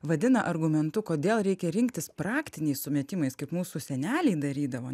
vadina argumentu kodėl reikia rinktis praktiniais sumetimais kaip mūsų seneliai darydavo